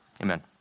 amen